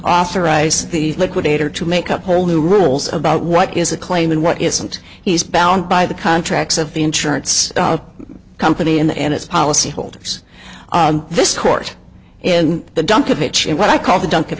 authorize these liquidator to make up whole new rules about what is a claim and what isn't he's bound by the contracts of the insurance company in the end it's policyholders this court in the dump to pitch in what i call the dunk of